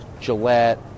Gillette